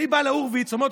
אני בא להורביץ ואומר לו,